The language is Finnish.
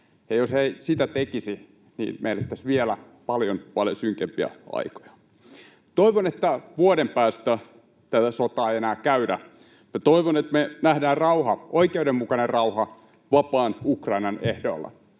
eivät sitä tekisi, niin me elettäisiin vielä paljon, paljon synkempiä aikoja. Toivon, että vuoden päästä tätä sotaa ei enää käydä, ja toivon, että me nähdään rauha, oikeudenmukainen rauha, vapaan Ukrainan ehdoilla